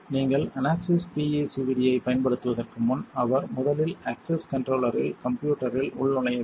நீங்கள் அனாக்சிஸ் PECVD ஐப் பயன்படுத்துவதற்கு முன் அவர் முதலில் அக்சஸ் கண்ட்ரோல்லர்ரில் கம்ப்யூட்டரில் உள்நுழைய வேண்டும்